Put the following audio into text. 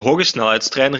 hogesnelheidstrein